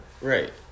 right